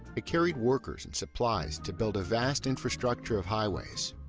it carried workers and supplies to build a vast infrastructure of highways.